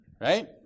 Right